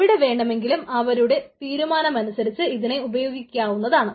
എവിടെ വേണമെങ്കിലും അവരുടെ തീരുമാനമനുസരിച്ച് ഇതിനെ ഉപയോഗിക്കാവുന്നതാണ്